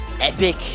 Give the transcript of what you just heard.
Epic